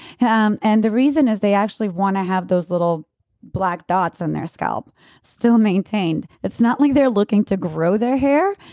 um and the reason is they actually want to have those little black dots on their scalp still maintained. it's not like they're looking to grow their hair.